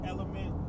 Element